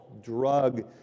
drug